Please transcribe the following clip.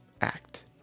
act